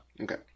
Okay